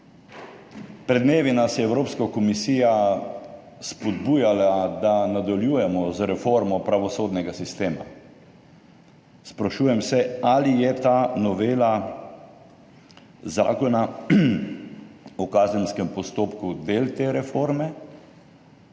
Pred dnevi nas je Evropska komisija spodbujala, da nadaljujemo z reformo pravosodnega sistema. Sprašujem se, ali je ta novela Zakona o kazenskem postopku del te reforme